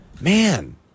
Man